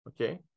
okay